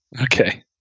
Okay